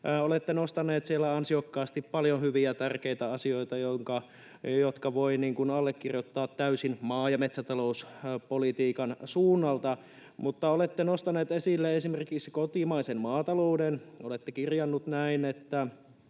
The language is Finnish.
Olette nostaneet siellä ansiokkaasti paljon hyviä, tärkeitä asioita, jotka voi allekirjoittaa täysin, maa- ja metsätalouspolitiikan suunnalta. Mutta olette nostaneet esille esimerkiksi kotimaisen maatalouden. Olette kirjanneet näin: